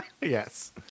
Yes